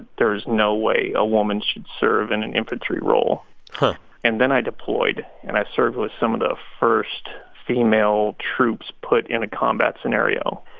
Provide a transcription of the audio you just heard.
there is no way a woman should serve in an infantry role and then i deployed, and i served with some of the first female troops put in a combat scenario.